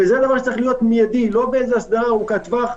וזה דבר שצריך להיות מיידי ולא באיזו הסדרה ארוכת טווח.